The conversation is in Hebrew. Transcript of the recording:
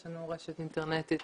יש לנו רשת אינטרנטית